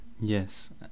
Yes